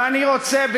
ואני רוצה,